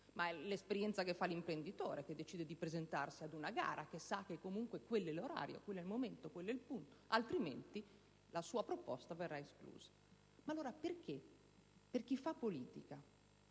È l'esperienza che fa l'imprenditore che decide di presentarsi ad una gara: comunque, sa che quello è l'orario, quello il momento ed il punto, altrimenti la sua proposta verrà esclusa. Allora, perché per chi fa politica,